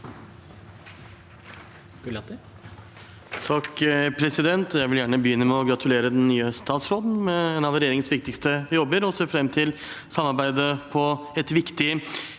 (FrP) Jeg vil gjerne be- gynne med å gratulere den nye statsråden med en av regjeringens viktigste jobber, og jeg ser fram til samarbeidet på et viktig